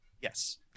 Yes